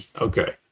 Okay